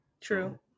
True